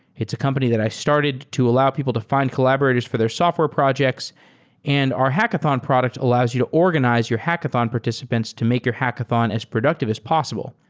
it's a company that i started to allow people to find collaborators for their software projects and our hackathon products allows you organize your hackathon participants to make your hackathon as productive as possible.